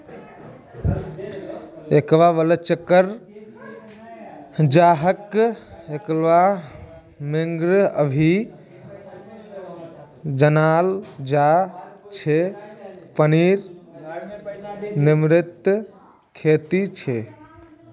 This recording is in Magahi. एक्वाकल्चर, जहाक एक्वाफार्मिंग भी जनाल जा छे पनीर नियंत्रित खेती छे